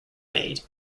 made